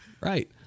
right